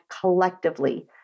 collectively